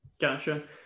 Gotcha